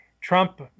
Trump